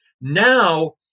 now